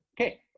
Okay